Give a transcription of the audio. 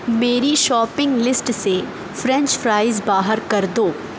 میری shopping list سے french fries باہر کر دو